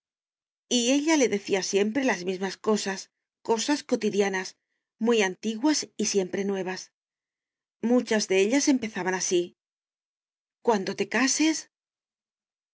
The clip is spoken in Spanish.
ella le decía siempre las mismas cosas cosas cotidianas muy antiguas y siempre nuevas muchas de ellas empezaban así cuando te cases